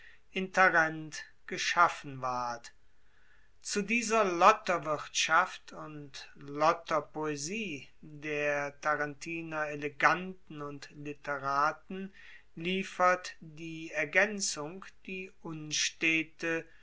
in tarent geschaffen ward zu dieser lotterwirtschaft und lotterpoesie der tarentiner eleganten und literaten liefert die ergaenzung die unstete